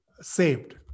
saved